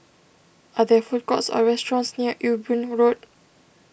are there food courts or restaurants near Ewe Boon Road